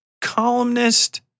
columnist